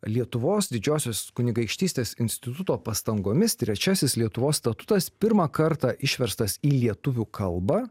lietuvos didžiosios kunigaikštystės instituto pastangomis trečiasis lietuvos statutas pirmą kartą išverstas į lietuvių kalbą